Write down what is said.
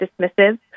dismissive